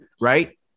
right